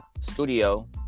studio